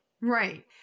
Right